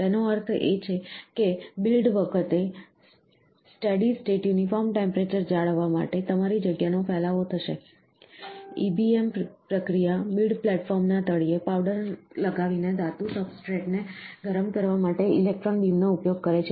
તેનો અર્થ એ છે કે બિલ્ડ વખતે સ્ટેડી સ્ટેટ યુનિફોર્મ ટેમ્પરેચર જાળવવા માટે તમારી જગ્યાનો ફેલાવો થશે EBM પ્રક્રિયા બિલ્ડ પ્લેટફોર્મના તળિયે પાવડર લગાવીને ધાતુ સબસ્ટ્રેટને ગરમ કરવા માટે ઇલેક્ટ્રોન બીમનો ઉપયોગ કરે છે